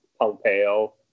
Pompeo